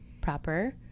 proper